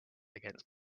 against